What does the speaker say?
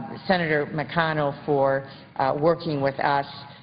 senator mcconnell for working with us,